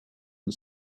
and